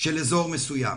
של אזור מסוים.